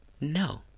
No